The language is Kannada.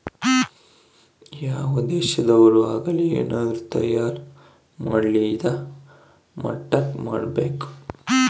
ಯಾವ್ ದೇಶದೊರ್ ಆಗಲಿ ಏನಾದ್ರೂ ತಯಾರ ಮಾಡ್ಲಿ ಇದಾ ಮಟ್ಟಕ್ ಮಾಡ್ಬೇಕು